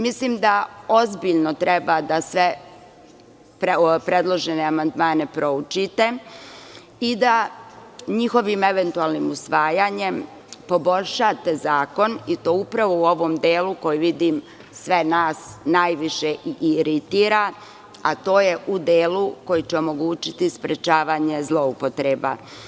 Mislim da ozbiljno treba da sve predložene amandmane proučite i da njihovim eventualnim usvajanjem poboljšate zakon i to upravo u ovom delu koji vidim sve nas najviše i iritira, a to je u delu koji će omogućiti sprečavanje zloupotreba.